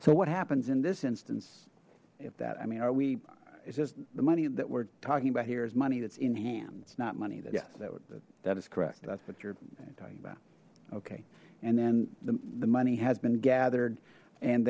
so what happens in this instance if that i mean are we it's just the money that we're talking about here is money that's in hand it's not money that yes that would that is correct that's what you're talking about okay and then the money has been gathered and